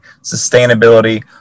sustainability